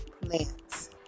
plants